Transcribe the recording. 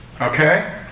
okay